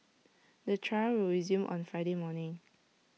the trial will resume on Friday morning